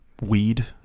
Weed